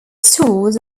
stores